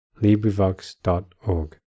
LibriVox.org